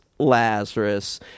Lazarus